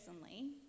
personally